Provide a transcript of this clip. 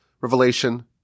revelation